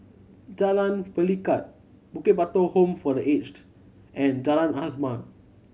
Jalan Pelikat Bukit Batok Home for The Aged and Jalan Azam